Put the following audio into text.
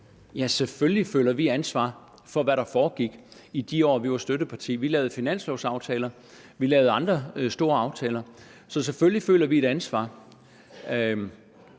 Ja, selvfølgelig føler vi et ansvar for, hvad der foregik i de år, vi var støtteparti. Vi lavede finanslovaftaler, og vi lavede andre store aftaler. Så selvfølgelig føler vi et ansvar.